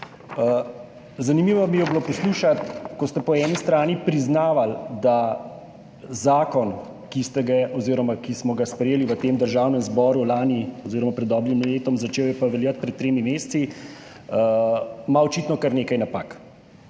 Zanimivo mi je bilo poslušati, ko ste po eni strani priznavali, da ima zakon, ki ste ga oziroma ki smo ga sprejeli v Državnem zboru lani oziroma pred dobrim letom, začel pa je veljati pred tremi meseci, očitno kar nekaj napak.